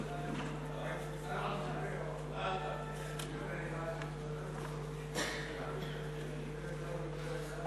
ותורם להעמקת הפערים העצומים שקיימים בשכבות הביניים ובשכבות